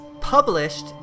published